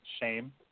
shame